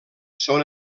són